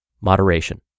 Moderation